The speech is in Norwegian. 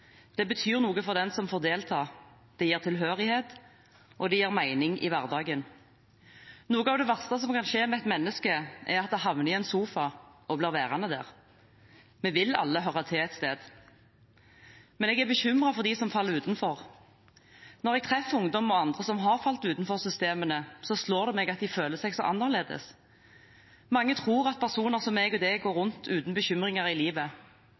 Det betyr noe for den som får delta. Det gir tilhørighet, og det gir mening i hverdagen. Noe av det verste som kan skje med et menneske, er at det havner i en sofa og blir værende der. Vi vil alle høre til et sted. Men jeg er bekymret for dem som faller utenfor. Når jeg treffer ungdom og andre som har falt utenfor systemene, slår det meg at de føler seg så annerledes. Mange tror at personer som deg og meg går rundt uten bekymringer i livet. De tror at livet kommer ferdig pakket. Sannheten er at livet